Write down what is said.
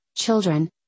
Children